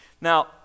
Now